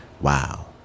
wow